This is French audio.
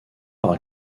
par